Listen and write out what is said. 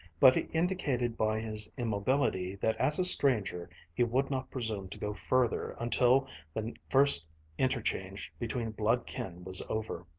but he indicated by his immobility that as a stranger he would not presume to go further until the first interchange between blood-kin was over.